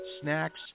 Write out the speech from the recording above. snacks